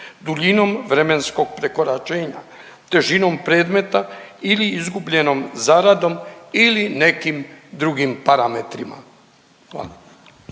duljinom vremenskog prekoračenja, težinom predmeta ili izgubljenom zaradom ili nekim drugim parametrima?